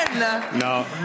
No